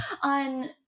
on